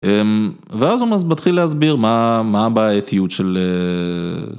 ואז הוא מתחיל להסביר מה מה הבעייתיות של...